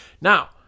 Now